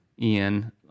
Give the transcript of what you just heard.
Ian